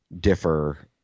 differ